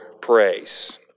praise